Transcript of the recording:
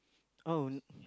oh